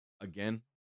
Again